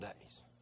days